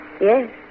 Yes